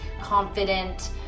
confident